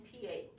PH